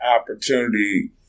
opportunity